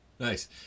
Nice